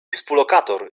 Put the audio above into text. współlokator